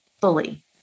fully